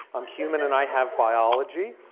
i'm human and i have biology.